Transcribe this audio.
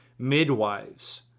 midwives